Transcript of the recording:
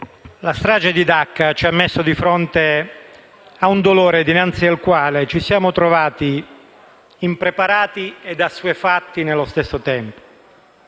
la strage di Dacca ci ha messo di fronte ad un dolore dinanzi al quale ci siamo trovati impreparati ed assuefatti nello stesso tempo.